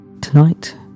Tonight